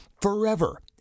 forever